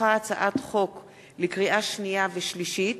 הונחה לקריאה שנייה ולקריאה שלישית